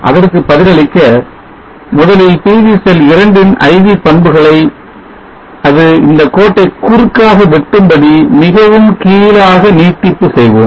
அதற்கு பதிலளிக்க முதலில் PV செல் 2 ன் IV பண்புகளை அது இந்தக் கோட்டை குறுக்காக வெட்டும்படி மிகவும் கீழாக நீட்டிப்பு செய்வோம்